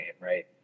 right